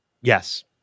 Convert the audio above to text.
Yes